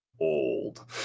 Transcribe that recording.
Old